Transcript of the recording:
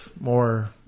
more